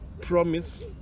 promise